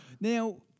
Now